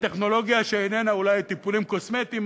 טכנולוגיה שאיננה אולי טיפולים קוסמטיים.